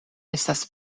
estas